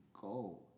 go